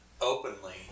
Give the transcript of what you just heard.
openly